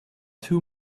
two